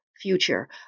future